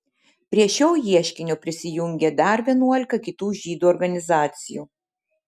prie šio ieškinio prisijungė dar vienuolika kitų žydų organizacijų